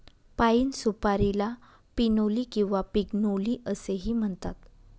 पाइन सुपारीला पिनोली किंवा पिग्नोली असेही म्हणतात